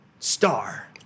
Star